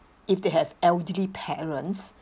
if they have elderly parents